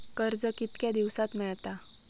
कर्ज कितक्या दिवसात मेळता?